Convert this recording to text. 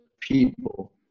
people